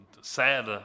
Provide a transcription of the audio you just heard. sad